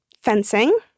Fencing